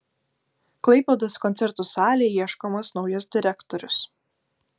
klaipėdos koncertų salei ieškomas naujas direktorius